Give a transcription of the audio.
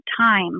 time